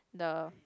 the